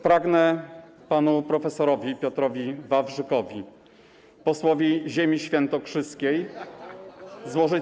Pragnę panu prof. Piotrowi Wawrzykowi, posłowi ziemi świętokrzyskiej, złożyć.